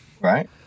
Right